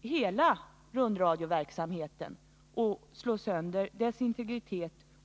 hela rundradioverksamheten och slå sönder dess integritet.